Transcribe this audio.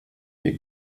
mir